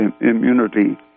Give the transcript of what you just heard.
immunity